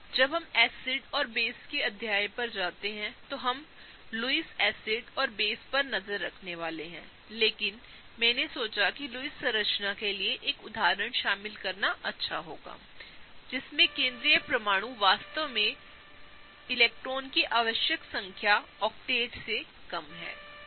जबहमएसिड और बेस के अध्याय पर जाते हैंतोहमलुईस एसिड और बेस पर नज़र रखने वाले हैं लेकिन मैंने सोचा कि लुईस संरचना के लिए एक उदाहरण शामिल करना अच्छा होगा जिसमें केंद्रीय परमाणु वास्तव में इलेक्ट्रॉन की आवश्यक संख्या ओकटेट से कम है ठीक है